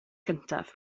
cyntaf